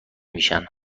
میشن